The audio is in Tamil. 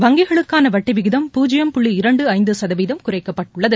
வங்கிகளுக்கானவட்டிவிகிதம் பூஜ்யம் புள்ளி இரண்டுஐந்துசதவீதம் குறைக்கப்பட்டுள்ளது